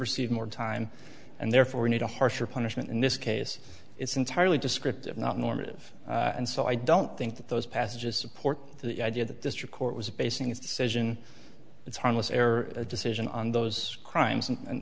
received more time and therefore need a harsher punishment in this case it's entirely descriptive not normative and so i don't think that those passages support the idea that district court was basing its decision it's harmless error a decision on those crimes and